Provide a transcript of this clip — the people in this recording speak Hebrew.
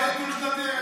טיול שנתי,